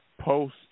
post